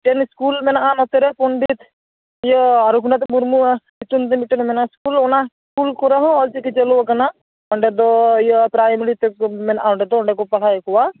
ᱢᱤᱫᱴᱮᱱ ᱤᱥᱠᱩᱞ ᱢᱮᱱᱟᱜ ᱱᱚᱛᱮᱨᱮ ᱯᱚᱱᱰᱤᱛ ᱤᱭᱟᱹ ᱨᱚᱜᱷᱩᱱᱟᱛᱷ ᱢᱩᱨᱢᱩᱣᱟᱜ ᱧᱩᱛᱩᱢ ᱛᱮ ᱢᱮᱱᱟᱜᱼᱟ ᱤᱥᱠᱩᱞ ᱚᱱᱟ ᱤᱥᱠᱩᱞ ᱠᱚᱨᱮᱦᱚᱸ ᱚᱞ ᱪᱤᱠᱤ ᱪᱟᱞᱩ ᱟᱠᱟᱱᱟ ᱱᱚᱰᱮ ᱫᱚ ᱤᱭᱟᱹ ᱯᱨᱟᱭᱢᱟᱨᱤᱛᱮ ᱢᱮᱱᱟᱜᱼᱟ ᱚᱱᱰᱮᱫᱚ ᱯᱟᱲᱦᱟᱭ ᱠᱚᱭᱟ